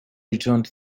returned